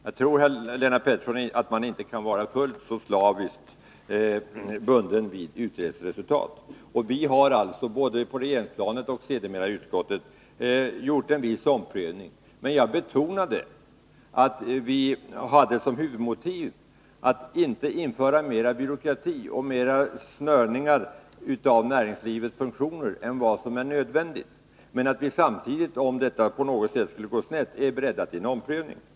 Jag tror, Lennart Pettersson, att det inte går att vara fullt så slaviskt bunden vid utredningsresultat. Vi har alltså både på regeringsplanet och sedermera i utskottet gjort en viss omprövning. Jag betonade att vi hade som huvudmotiv att inte införa mer byråkrati och flera snörningar än vad som är nödvändigt, men att vi samtidigt, om något skulle gå snett, är beredda till en omprövning.